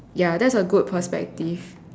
ya that's a good perspective